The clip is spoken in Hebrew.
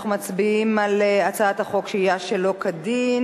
אנחנו מצביעים על הצעת החוק שהייה שלא כדין